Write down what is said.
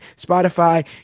Spotify